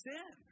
Sin